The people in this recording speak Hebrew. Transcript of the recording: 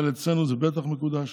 אבל אצלנו זה בטח מקודש.